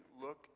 look